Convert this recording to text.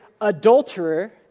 adulterer